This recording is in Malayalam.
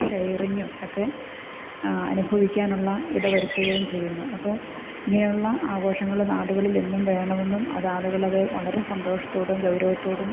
ഷെയറിങ്ങും ഒക്കെ അനുഭവിക്കാനുള്ള ഇട വരുത്തുകയും ചെയ്യുന്നു അപ്പോൾ ഇങ്ങനെയുള്ള ആഘോഷങ്ങൾ നാടുകളിലെന്നും വേണമെന്നും അത് ആളുകളത് വളരെ സന്തോഷത്തോടും ഗൗരവത്തോടും